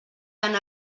tant